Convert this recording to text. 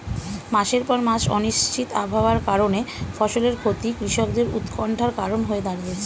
মাসের পর মাস অনিশ্চিত আবহাওয়ার কারণে ফসলের ক্ষতি কৃষকদের উৎকন্ঠার কারণ হয়ে দাঁড়িয়েছে